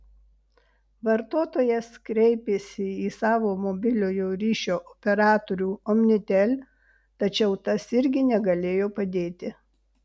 vartotojas kreipėsi į savo mobiliojo ryšio operatorių omnitel tačiau tas irgi negalėjo padėti